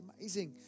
amazing